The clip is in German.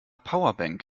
powerbank